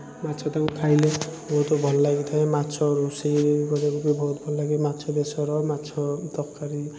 ମାଛ ତାକୁ ଖାଇଲେ ବହୁତ ଭଲ ଲାଗିଥାଏ ମାଛ ରୋଷେଇ କରିବାକୁ ବି ବହୁତ ଭଲ ଲାଗେ ମାଛ ବେସର ମାଛ ତରକାରୀ